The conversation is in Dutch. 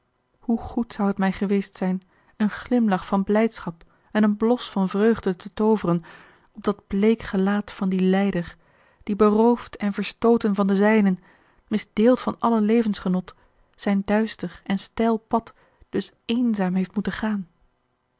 hoe goed zou het mij geweest zijn een glimlach van blijdschap en een blos van vreugde te tooveren op dat bleek gelaat van dien lijder die beroofd en verstooten van de zijnen misdeeld van alle levensgenot zijn duister en steil pad dus eenzaam heeft moeten gaan